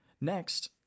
Next